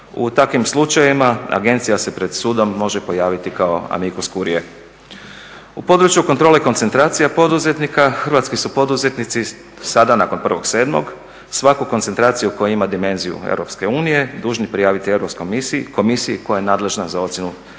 U takvim slučajevima agencija se pred sudom može pojaviti amicus curiae. U području kontrole koncentracija poduzetnika hrvatski su poduzetnici sada nakon 1.7.svaku koncentraciju koja ima dimenziju EU dužni prijaviti Europskoj komisiji koja je nadležna za ocjenu